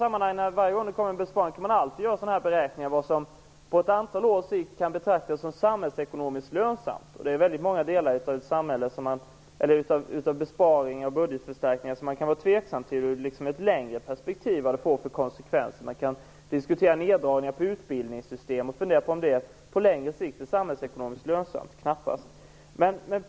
Varje gång det skall göras en besparing kan man alltid göra en beräkning av vad som på ett antal års sikt kan betraktas som samhällsekonomiskt lönsamt. Det är väldigt många delar av besparingar och budgetförstärkningar som man kan vara tveksam till vad de får för konsekvenser i ett längre perspektiv. Man kan diskutera neddragningar inom utbildningssystemet och fundera på om det på längre sikt är samhällsekonomiskt lönsamt. Det är det knappast.